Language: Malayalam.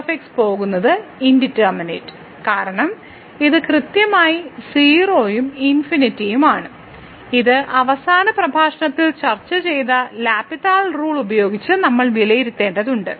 g പോകുന്നത് ഇൻഡിറ്റർമിനെറ്റ് കാരണം ഇത് കൃത്യമായി 0 ഉം ∞ ഉം ആണ് ഇത് അവസാന പ്രഭാഷണത്തിൽ ചർച്ച ചെയ്ത എൽ ഹോസ്പിറ്റൽ റൂൾ ഉപയോഗിച്ച് നമ്മൾ വിലയിരുത്തേണ്ടതുണ്ട്